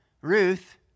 Ruth